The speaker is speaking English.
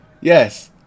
yes